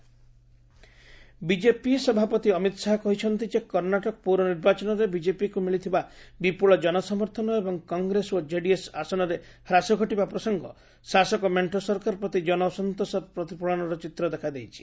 Amit Shah Karnataka polls BJP ସଭାପତି ଅମିତ ଶାହା କହିଛନ୍ତି ଯେ କର୍ଣ୍ଣାଟକ ପୌର ନିର୍ବାଚନରେ ବିଜେପିକୁ ମିଳିଥିବା ବିପୁଳ ଜନସମର୍ଥନ ଏବଂ କଂଗ୍ରେସ ଓ କେଡିଏସ୍ ଆସନରେ ହ୍ରାସ ଘଟିବା ପ୍ରସଙ୍ଗ ଶାସକ ମେଣ୍ଟ ସରକାର ପ୍ରତି ଜନ ଅସନ୍ତୋଷ ପ୍ରତିଫଳନର ଚିତ୍ର ଦେଖାଦେଇଛି